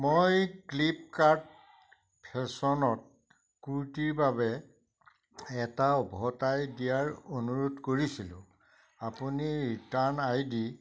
মই ফ্লিপকাৰ্ট ফেশ্বনত কুৰ্তিৰ বাবে এটা উভতাই দিয়াৰ অনুৰোধ কৰিছিলোঁ আপুনি ৰিটাৰ্ণ আই ডি